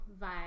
vibe